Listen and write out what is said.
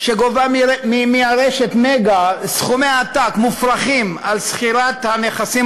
שגובה מהרשת "מגה" סכומי עתק מופרכים על שכירת הנכסים,